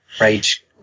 Rage